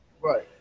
Right